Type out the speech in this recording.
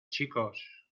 chicos